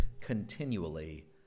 continually